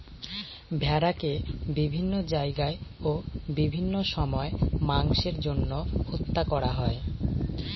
ভেড়াকে বিভিন্ন জায়গায় ও বিভিন্ন সময় মাংসের জন্য হত্যা করা হয়